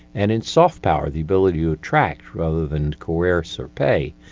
and in soft power, the ability to attract rather than coerce or pay,